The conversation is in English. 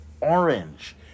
orange